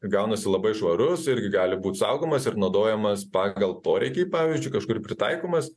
gaunasi labai švarus irgi gali būti saugomas ir naudojamas pagal poreikį pavyzdžiui kažkur pritaikomas